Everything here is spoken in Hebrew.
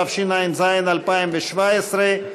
תשע"ז 2017,